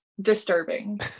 disturbing